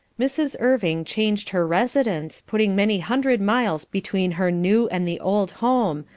mrs. irving changed her residence, putting many hundred miles between her new and the old home,